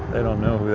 they don't know,